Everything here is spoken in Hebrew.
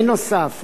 בנוסף,